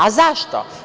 A zašto?